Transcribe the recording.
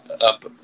up